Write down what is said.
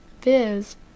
viz